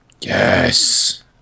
Yes